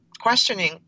questioning